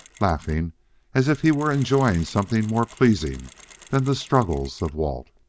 laughing as if he were enjoying something more pleasing than the struggles of walt.